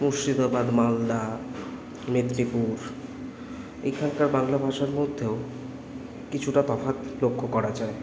মুর্শিদাবাদ মালদা মেদিনীপুর এখানকার বাংলা ভাষার মধ্যেও কিছুটা তফাত লক্ষ করা যায়